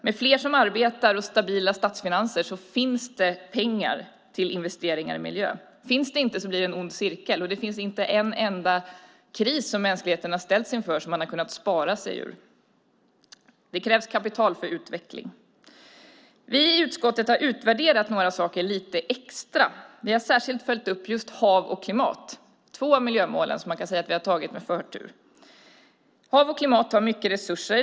Med fler som arbetar och stabila statsfinanser finns det pengar till investeringar i miljö. Om det inte finns pengar blir det en ond cirkel. Det finns inte en enda kris som mänskligheten har ställts inför som man har kunnat spara sig ur. Det krävs kapital för utveckling. Vi i utskottet har utvärderat några saker lite extra. Vi har särskilt följt upp just hav och klimat. Det är två av miljömålen som man kan säga att vi har tagit med förtur. Hav och klimat tar mycket resurser.